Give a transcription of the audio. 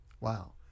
wow